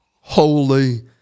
holy